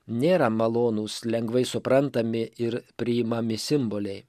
nėra malonūs lengvai suprantami ir priimami simboliai